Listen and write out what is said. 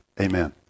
Amen